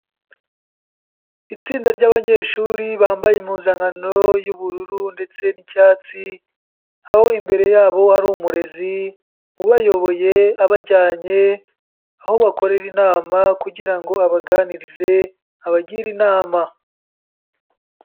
Itsinda ry'abanyeshuri bambaye impuzankano y'ubururu ndetse n'icyatsi, aho imbere yabo hari umurezi ubayoboye abajyanye aho bakorera inama kugira ngo abaganirize abagire inama.